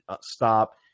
stop